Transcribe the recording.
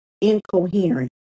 incoherent